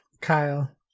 Kyle